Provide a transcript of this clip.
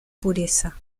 pureza